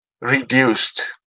reduced